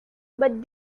but